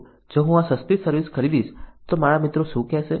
જો હું આ સસ્તી સર્વિસ ખરીદીશ તો મારા મિત્રો શું કહેશે